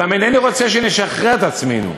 "אולם אינני רוצה שנשחרר את עצמנו,